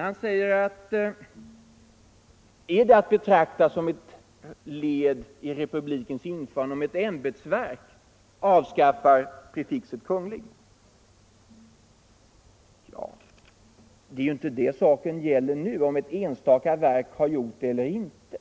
Han frågar: Är det att betrakta som ett led i republikens införande att ett ämbetsverk avskaffar beteckningen Kunglig? Men vad saken gäller nu är ju inte om ett enstaka verk har gjort det eller inte.